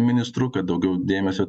ministru kad daugiau dėmesio